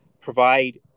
provide